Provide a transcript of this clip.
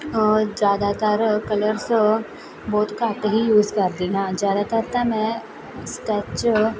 ਜ਼ਿਆਦਾਤਰ ਕਲਰਸ ਬਹੁਤ ਘੱਟ ਹੀ ਯੂਜ ਕਰਦੀ ਹਾਂ ਜ਼ਿਆਦਾਤਰ ਤਾਂ ਮੈਂ ਸਕੈਚ